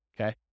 okay